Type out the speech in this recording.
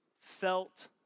felt